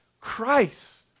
Christ